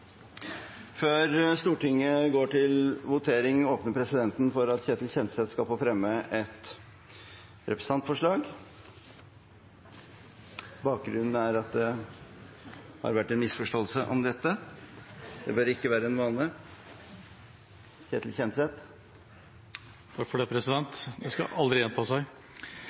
Før Stortinget går til votering, åpner presidenten for at Ketil Kjenseth skal få fremme et representantforslag. Bakgrunnen er at det har vært en misforståelse om dette. Det bør ikke bli en vane. Takk for det, president. Det skal aldri gjenta seg.